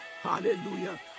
Hallelujah